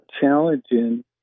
challenging